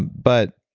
but